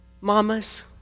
Mamas